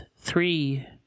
Three